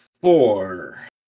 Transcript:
four